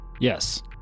Yes